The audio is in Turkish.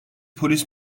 polis